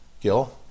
Gil